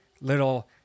little